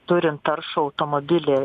turim taršų automobilį